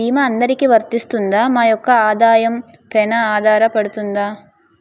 భీమా అందరికీ వరిస్తుందా? మా యెక్క ఆదాయం పెన ఆధారపడుతుందా?